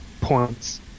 points